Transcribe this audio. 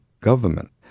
government